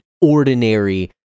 ordinary